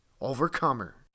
overcomer